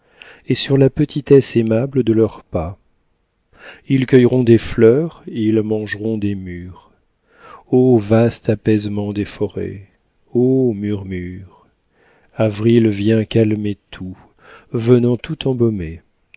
et sur la petitesse aimable de leurs pas ils cueilleront des fleurs ils mangeront des mûres ô vaste apaisement des forêts ô murmures avril vient calmer tout venant tout embaumer